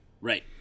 Right